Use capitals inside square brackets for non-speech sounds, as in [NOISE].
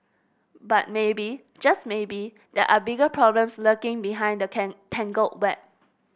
but maybe just maybe there are bigger problems lurking behind the [UNINTELLIGIBLE] tangled web